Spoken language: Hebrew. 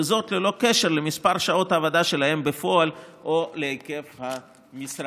וזאת ללא קשר למספר שעות העבודה שלהם בפועל או להיקף המשרה.